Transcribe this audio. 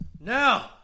Now